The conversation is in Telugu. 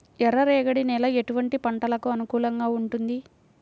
ఎర్ర రేగడి నేల ఎటువంటి పంటలకు అనుకూలంగా ఉంటుంది?